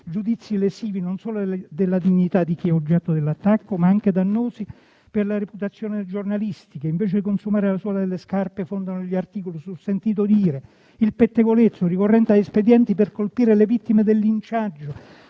Giudizi lesivi non solo della dignità di chi è oggetto dell'attacco, ma anche dannosi per la reputazione di giornalisti che invece di consumare la suola delle scarpe fondano gli articoli sul sentito dire, il pettegolezzo, ricorrendo ad espedienti per colpire le vittime del linciaggio,